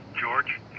George